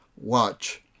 watch